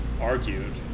argued